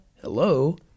hello